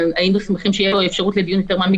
היינו שמחים שיהיה פה אפשרות לדיון יותר מעמיק,